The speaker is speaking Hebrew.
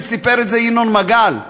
סיפר את זה ינון מגל,